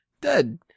dead